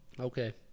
okay